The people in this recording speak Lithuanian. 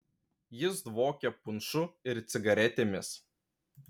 jis dvokė punšu ir cigaretėmis